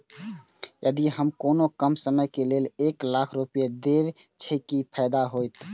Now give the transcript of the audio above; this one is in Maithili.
यदि हम कोनो कम समय के लेल एक लाख रुपए देब छै कि फायदा होयत?